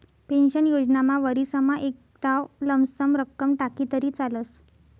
pension योजनामा वरीसमा एकदाव लमसम रक्कम टाकी तरी चालस